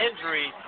injury